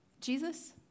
Jesus